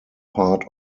part